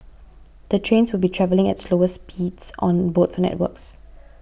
the trains would be travelling at slower speeds on both networks